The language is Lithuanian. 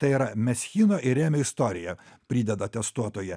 tai yra meschino ir rėmio istorija prideda testuotoja